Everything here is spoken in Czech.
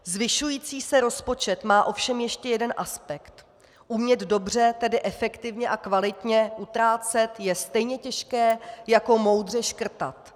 Zvyšující se rozpočet má ovšem ještě jeden aspekt umět dobře, tedy efektivně a kvalitně utrácet je stejně těžké jako moudře škrtat.